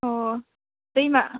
अ दैमा